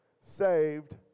Saved